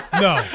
No